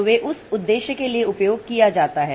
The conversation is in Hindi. तो वे इस उद्देश्य के लिए उपयोग किया जाता है